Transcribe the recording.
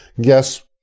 guess